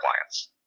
clients